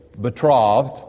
betrothed